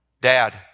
Dad